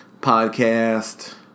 podcast